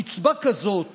קצבה כזאת